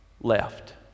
left